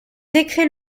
décret